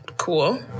cool